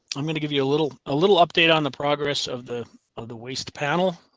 i'm going to give you a little a little update on the progress of the of the waste panel.